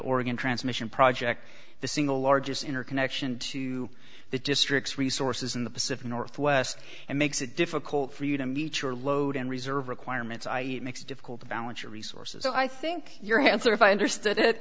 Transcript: oregon transmission project the single largest inner connection to the district's resources in the pacific northwest and makes it difficult for you to meet your load and reserve requirements i e it makes it difficult to balance your resources so i think you're handsome if i understood it